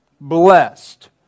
Blessed